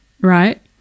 right